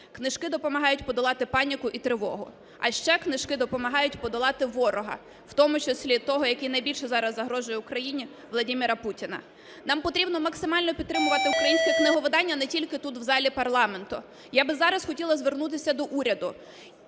книжки допомагають подолати паніку і тривогу, а ще книжки допомагають подолати ворога, в тому числі того, який найбільше зараз загрожує Україні – Володимира Путіна. Нам потрібно максимально підтримувати українське книговидання не тільки тут, в залі парламенту. Я би зараз хотіла звернутися до уряду